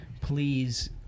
Please